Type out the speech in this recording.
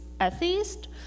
atheist